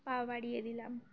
পা বাড়িয়ে দিলাম